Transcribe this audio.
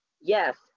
Yes